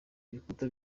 ibikuta